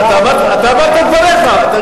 אתה אמרת את דבריך.